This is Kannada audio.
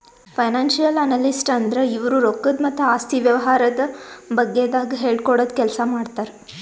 ಫೈನಾನ್ಸಿಯಲ್ ಅನಲಿಸ್ಟ್ ಅಂದ್ರ ಇವ್ರು ರೊಕ್ಕದ್ ಮತ್ತ್ ಆಸ್ತಿ ವ್ಯವಹಾರದ ಬಗ್ಗೆದಾಗ್ ಹೇಳ್ಕೊಡದ್ ಕೆಲ್ಸ್ ಮಾಡ್ತರ್